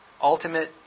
Ultimate